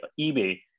eBay